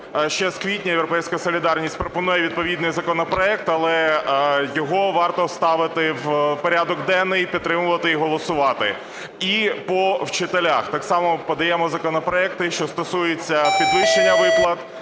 Ще з квітня "Європейська солідарність" пропонує відповідний законопроект, але його варто ставити в порядок денний і підтримувати і голосувати. І по вчителях – так само подаємо законопроекти, що стосуються підвищення виплат